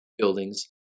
Buildings